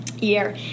year